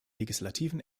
legislativen